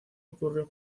ocurrió